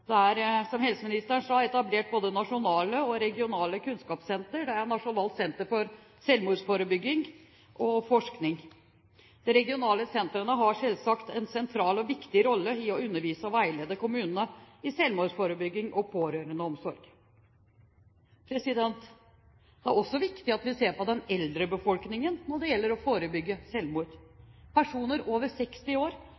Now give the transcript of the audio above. som helseministeren sa, etablert både nasjonale og regionale kunnskapssentre, som Nasjonalt senter for selvmordsforskning og -forebygging. De regionale sentrene har selvsagt en sentral og viktig rolle i å undervise og veilede kommunene i selvmordsforebygging og pårørendeomsorg. Det er også viktig at vi ser på den eldre befolkningen når det gjelder å forebygge